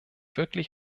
wirklich